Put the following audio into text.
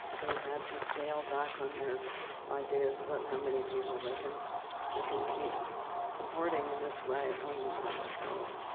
they've had to scale back on their ideas about how many people they can they can keep supporting in this way on the public dollar.